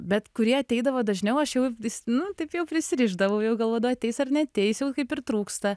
bet kurie ateidavo dažniau aš jau nu taip jau prisirišdavau jau galvodavau ateis ar neteis ju kaip ir trūksta